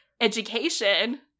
education